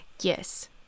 Yes